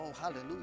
hallelujah